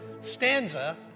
stanza